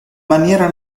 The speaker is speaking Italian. maniera